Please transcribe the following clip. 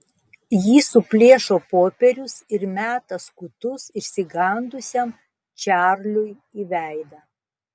ji suplėšo popierius ir meta skutus išsigandusiam čarliui į veidą